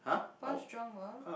punch drunk lah